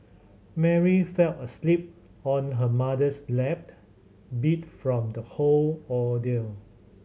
Mary fell asleep on her mother's lap beat from the whole ordeal